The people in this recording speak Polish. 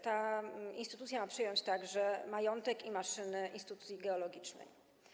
Ta instytucja ma przejąć także majątek i maszyny instytucji geologicznej.